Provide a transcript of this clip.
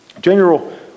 General